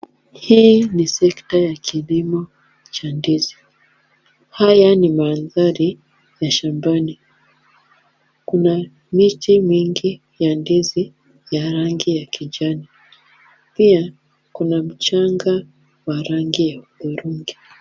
Hii ni sekta ya kilimo cha ndizi. Haya ni mandhari ya shambani. Kuna miti mingi ya ndizi ya rangi ya kijani. Pia kuna mchanga wa rangi ya hudhurungi.